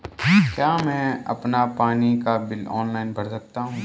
क्या मैं अपना पानी का बिल ऑनलाइन भर सकता हूँ?